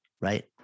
right